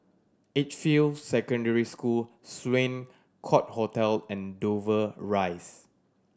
Edgefield Secondary School Sloane Court Hotel and Dover Rise